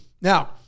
Now